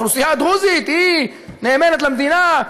האוכלוסייה הדרוזית נאמנה למדינה,